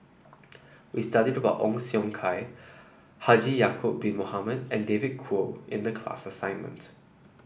we studied about Ong Siong Kai Haji Ya'acob Bin Mohamed and David Kwo in the class assignment